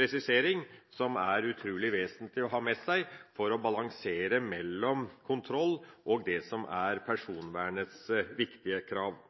presisering som er utrolig vesentlig å ha med seg for å balansere mellom kontroll og det som er personvernets viktige krav.